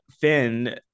Finn